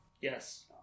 Yes